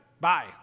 Bye